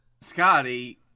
Scotty